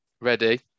ready